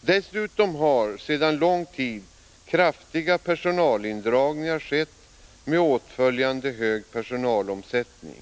Dessutom har sedan lång tid kraftiga personalindragningar skett, med åtföljande hög personalomsättning.